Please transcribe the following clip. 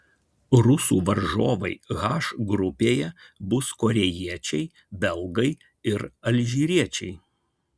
rusų varžovai h grupėje bus korėjiečiai belgai ir alžyriečiai